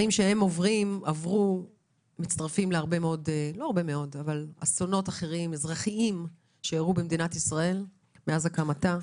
שהם עברו מצטרפים לאסונות אזרחיים שאירעו במדינת ישראל מאז הקמתה.